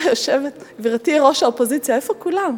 גברתי ראש האופוזיציה, איפה כולם?